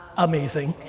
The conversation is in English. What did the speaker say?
amazing.